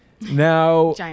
Now